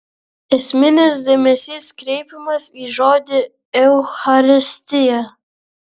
esminis dėmesys kreipiamas į žodį eucharistija